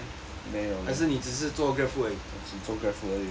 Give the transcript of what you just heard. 还是你只是做 GrabFood 而已